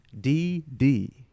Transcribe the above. D-D